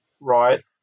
right